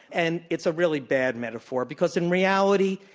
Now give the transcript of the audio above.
and it's a really bad metaphor because in reality,